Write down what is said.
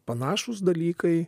panašūs dalykai